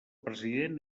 president